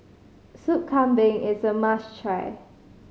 Soup Kambing is a must try